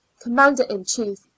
commander-in-chief